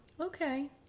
okay